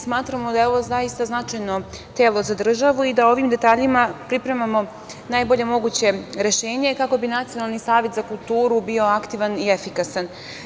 Smatramo da je ovo zaista značajno telo za državu i da ovim detaljima pripremamo najbolje moguće rešenje kako bi Nacionalni savet za kulturu bio aktivan i efikasan.